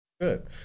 good